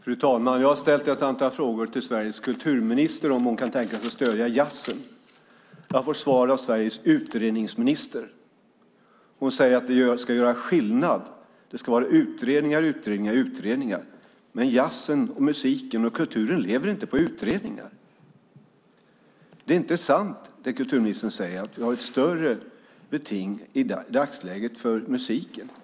Fru talman! Jag har ställt ett antal frågor till Sveriges kulturminister som handlar om ifall hon kan tänka sig att stödja jazzen. Jag får svar av Sveriges utredningsminister. Hon säger att det ska göra skillnad. Det ska vara utredningar, utredningar och utredningar. Men jazzen, kulturen och musiken lever inte på utredningar. Det är inte sant som kulturministern säger att vi har ett större beting i dagsläget för musiken.